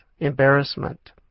embarrassment